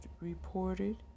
reported